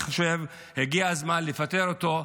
אני חושב שהגיע הזמן לפטר אותו,